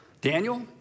Daniel